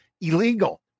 illegal